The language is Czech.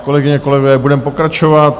Kolegyně, kolegové, budeme pokračovat.